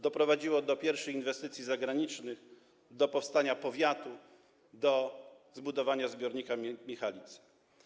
Doprowadziło do pierwszych inwestycji zagranicznych, do powstania powiatu, do zbudowania zbiornika Michalice.